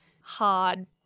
hard